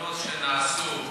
הניסיונות שנעשו.